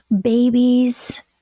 babies